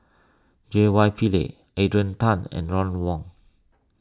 J Y Pillay Adrian Tan and Ron Wong